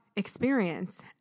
experience